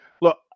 Look